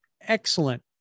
excellent